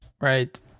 Right